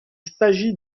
s’agit